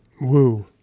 Woo